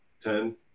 Ten